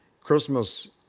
christmas